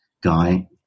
guy